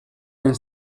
den